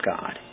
God